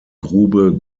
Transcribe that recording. grube